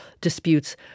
disputes